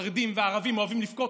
החרדים והערבים אוהבים לבכות.